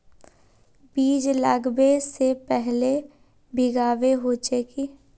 बीज लागबे से पहले भींगावे होचे की?